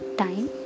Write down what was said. time